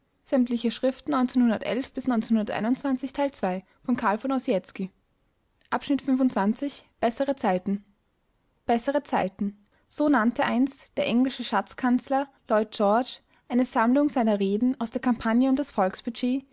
bessere zeiten bessere zeiten so nannte einst der englische schatzkanzler lloyd george eine sammlung seiner reden aus der kampagne um